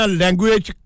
language